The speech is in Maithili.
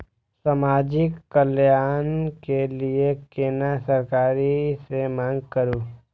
समाजिक कल्याण के लीऐ केना सरकार से मांग करु?